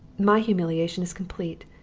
my humiliation is complete,